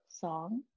song